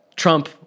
Trump